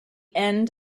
end